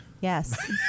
Yes